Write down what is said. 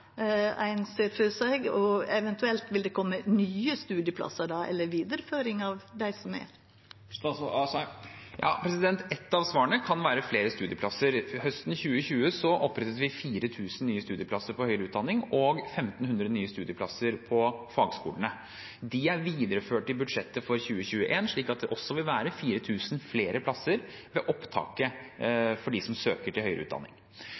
ein ser føre seg, og vil det eventuelt koma nye studieplassar eller ei vidareføring av dei som er? Ett av svarene kan være flere studieplasser. Høsten 2020 opprettet vi 4 000 nye studieplasser ved høyere utdanning og 1 500 nye studieplasser på fagskolene. Disse er videreført i budsjettet for 2021, slik at det også vil være 4 000 flere plasser ved opptaket for dem som søker høyere utdanning. I tillegg til